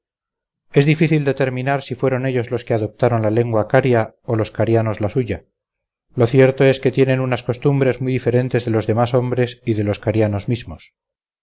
es difícil determinar si fueron ellos los que adoptaron la lengua caria o los carianos la suya lo cierto es que tienen unas costumbres muy diferentes de los demás hombres y de los carianos mismos